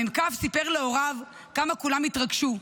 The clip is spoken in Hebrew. המ"כ סיפר להוריו כמה כולם התרגשו.